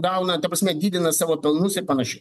gauna ta prasme didina savo pelnus ir panašiai